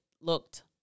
looked